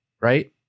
right